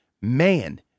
Man